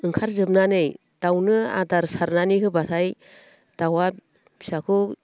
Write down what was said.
ओंखारजोबनानै दाउनो आदार सारनानै होब्लाथाय दाउआ फिसाखौ